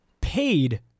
paid